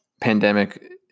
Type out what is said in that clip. pandemic